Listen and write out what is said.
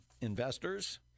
investors